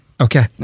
Okay